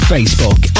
Facebook